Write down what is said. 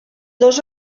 dos